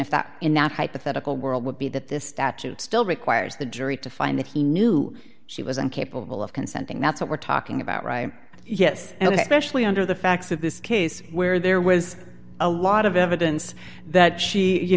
if that in that hypothetical world would be that this statute still requires the jury to find that he knew she was and capable of consenting that's what we're talking about right yes specially under the facts of this case where there was a lot of evidence that she you